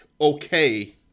okay